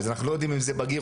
אז אנחנו לא יודעים אם זה בגיר,